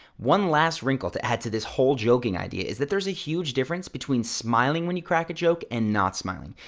one last wrinkle to add to this whole joking idea is that there's a huge difference between smiling when you crack a joke and not smiling.